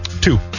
two